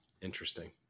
interesting